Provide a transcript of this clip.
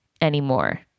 anymore